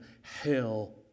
hell